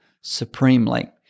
supremely